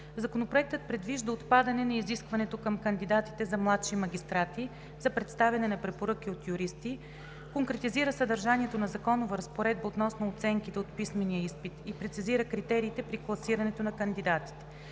Законопроектът предвижда отпадане на изискването към кандидатите за младши магистрати за представяне на препоръки от юристи, конкретизира съдържанието на законовата разпоредба относно оценките от писмения изпит и прецизира критериите при класирането на кандидатите.